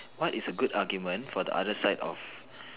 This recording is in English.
what is a good argument for the other side of